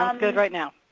um good right now.